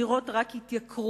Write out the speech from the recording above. הדירות רק יתייקרו,